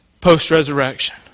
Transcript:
post-resurrection